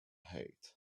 hate